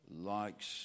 likes